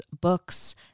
books